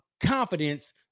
confidence